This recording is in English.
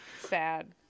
sad